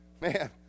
Man